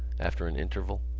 after an interval,